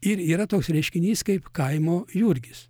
ir yra toks reiškinys kaip kaimo jurgis